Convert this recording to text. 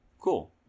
cool